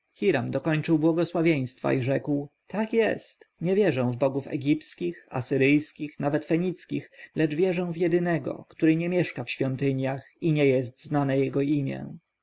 dokończył błogosławieństwa i rzekł tak jest nie wierzę w bogów egipskich asyryjskich nawet fenickich lecz wierzę w jedynego który nie mieszka w świątyniach i nie jest znane jego imię